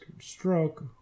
stroke